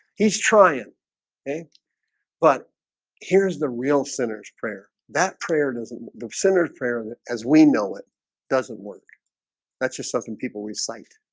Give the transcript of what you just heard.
he's trying okay but here's the real sinner's prayer that prayer doesn't the sinner's prayer as we know it doesn't work that's just something people recite